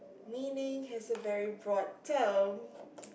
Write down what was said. meaning has a very broad term